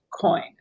coin